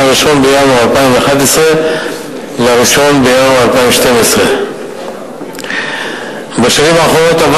מ-1 בינואר 2011 ל-1 בינואר 2012. בשנים האחרונות עבר